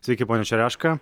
sveiki pone čereška